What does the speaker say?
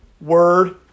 Word